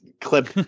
clip